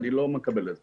אני לא מקבל את זה.